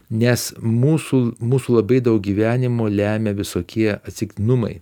nes mūsų mūsų labai daug gyvenimo lemia visokie atsitiktinumai